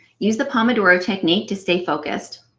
use the pomodoro technique to stay focused.